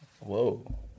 Whoa